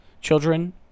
children